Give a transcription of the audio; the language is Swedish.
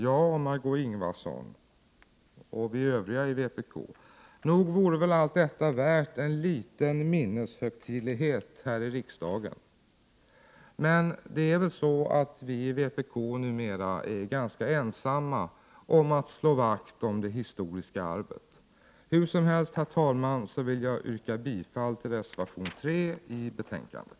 Jag, Margö Ingvardsson liksom vpk i övrigt tycker att allt detta nog vore värt en liten minneshögtidlighet här i riksdagen. Men det är väl så att vi i vpk numera är ganska ensamma om att slå vakt om det historiska arvet. Herr talman! Jag yrkar bifall till reservation 3 i betänkandet.